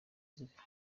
zifite